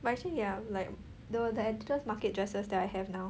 but actually ya like the the Editor's Market dresses that I have now